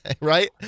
Right